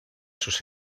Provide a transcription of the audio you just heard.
sus